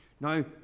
now